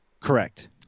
Correct